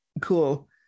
cool